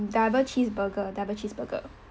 double cheeseburger double cheeseburger